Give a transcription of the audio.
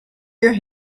your